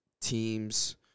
teams